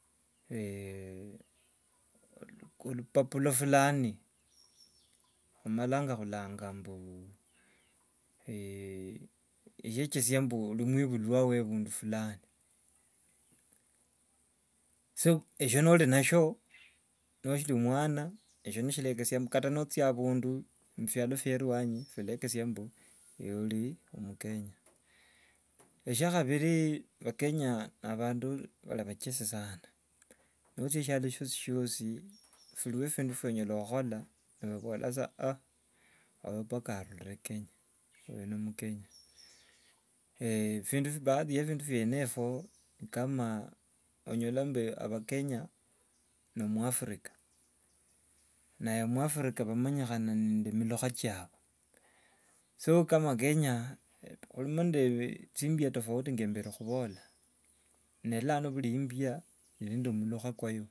olupapulo fulani khumalanga khulanga mbu esyechyesa mbu uri mwibula we ebundu fulani. So esio nori nashio noshiri mwana, esho nisho- shinekesia mbu kata nocha abundu ebialo bye- erwanyi bila- ekesa mbu ewe ori mukenya. Eshia khabiri, bakenya ni abandu bari bachesi sana. Nocha esialo shosishosi biruo bindu bionyala okhola nabola sa oyo paka arurire kenya, oyo ni omukenya. baadhi ya ebindu biene ebyo kama onyola mbu abakenya no- mwafrika naye mwafrika bamumanya nende milukha chabwe. So kama kenya huri nende chimbia tofauti nge mberekhubola, nelano buri imbia iri nende mulukho kwayo.